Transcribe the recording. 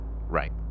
Right